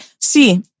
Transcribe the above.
see